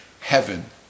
heaven